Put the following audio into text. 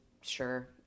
sure